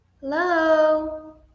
Hello